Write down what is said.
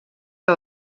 que